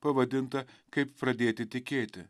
pavadintą kaip pradėti tikėti